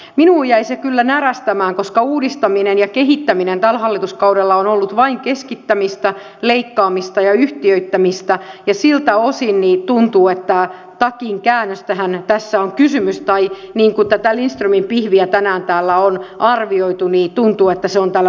minua jäi se kyllä närästämään koska uudistaminen ja kehittäminen tällä hallituskaudella on ollut vain keskittämistä leikkaamista ja yhtiöittämistä ja siltä osin tuntuu että takinkäännöstähän tässä on kysymys tai kun tätä lindströmin pihviä tänään täällä on arvioitu niin tuntuu että se on tällainen pakkopihvi